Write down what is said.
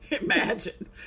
Imagine